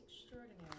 Extraordinary